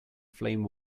flame